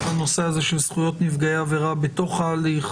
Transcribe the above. בנושא של זכויות נפגעי עבירה בתוך ההליך.